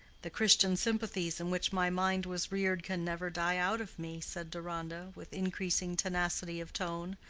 the christian sympathies in which my mind was reared can never die out of me, said deronda, with increasing tenacity of tone.